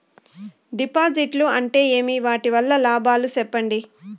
డిపాజిట్లు అంటే ఏమి? వాటి వల్ల లాభాలు సెప్పండి?